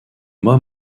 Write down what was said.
moi